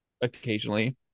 occasionally